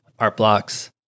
ArtBlocks